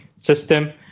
system